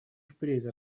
впредь